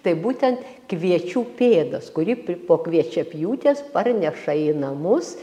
tai būtent kviečių pėdas kurį pri po kviečiapjūties parneša į namus